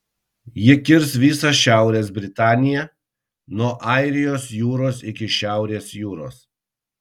ji kirs visą šiaurės britaniją nuo airijos jūros iki šiaurės jūros